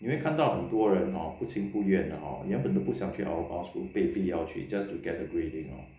你会看到很多人哦不情不愿的哦原本都不想去 outbound school 被逼要去 just to get the grading